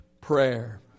prayer